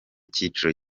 cyiciro